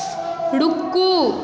रुकू